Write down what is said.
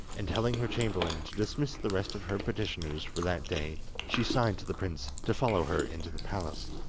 and telling her chamberlain to dismiss the rest of her petitioners for that day, she signed to the prince to follow her into the palace.